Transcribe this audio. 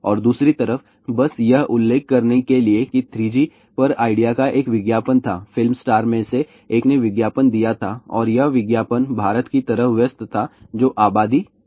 और दुसरी तरफ बस यह उल्लेख करने के लिए कि 3G पर आईडिया का एक विज्ञापन था फिल्म स्टार में से एक ने विज्ञापन दिया था और यह विज्ञापन भारत की तरह व्यस्त था जो अबादी नहीं था